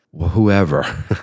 whoever